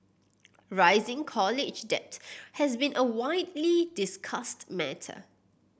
rising college debt has been a widely discussed matter